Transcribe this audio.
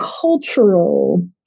cultural